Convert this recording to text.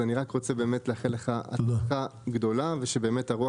אני רק רוצה לאחל לך הצלחה גדולה ושהרוח